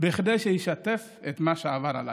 כדי שישתף את מה שעבר עליו.